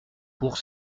pour